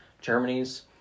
Germany's